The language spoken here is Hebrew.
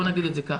בוא נגיד את זה כך.